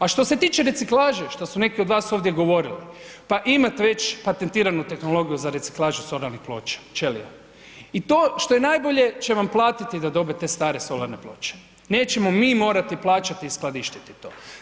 A što se tiče reciklaže, što su neki od vas ovdje govorili, pa imate već patentiranu tehnologiju za reciklažu solarnih ploča, ćelija i to što je najbolje će vam platiti da dobe te stare solarne ploče, nećemo mi morati plaćati i skladištiti to.